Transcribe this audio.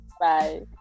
Bye